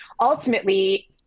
ultimately